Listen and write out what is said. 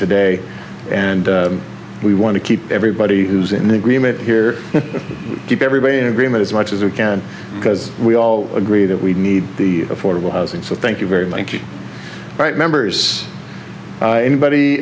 today and we want to keep everybody who's in agreement here and keep everybody in agreement as much as we can because we all agree that we need the affordable housing so thank you very much right members anybody